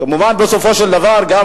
כמובן, בסופו של דבר, גם